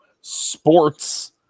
sports